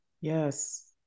Yes